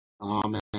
Amen